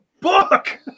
book